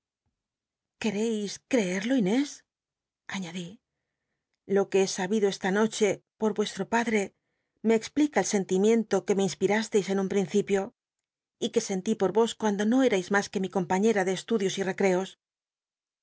querreis creerlo inás añadí lo que he sabido esta noche por mestro padre me explica el scn ti micnto que me insp it ísteis en un principio y que sentí por os cuando no crais mas que mi compañera de estudios y tccrcos